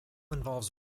involves